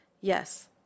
yes